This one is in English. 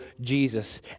Jesus